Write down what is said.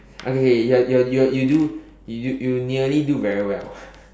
okay okay okay your your your you do you you nearly do very well